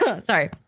sorry